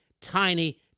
tiny